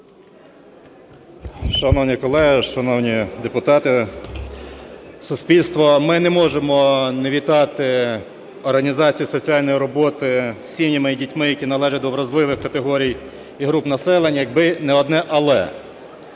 Шановні колеги, шановні депутати, суспільство! Ми не можемо не вітати організацію соціальної роботи із сім'ями і дітьми, які належать до вразливих категорій і груп населення, якби не одне "але":